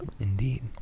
indeed